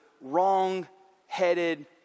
wrong-headed